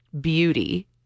beauty